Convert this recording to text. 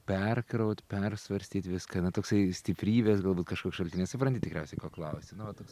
perkraut persvarstyt viską na toksai stiprybės galbūt kažkoks šaltinis supranti tikriausiai ko klausiu nu va toks